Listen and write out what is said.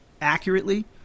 accurately